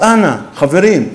אז אנא, חברים,